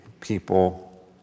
people